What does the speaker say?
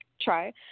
try